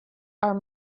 are